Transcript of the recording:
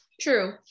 True